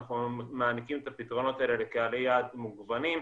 אנחנו מעניקים את הפתרונות האלה לקהלי יעד מגוונים,